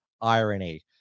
irony